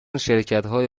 شرکتهای